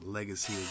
Legacy